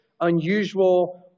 unusual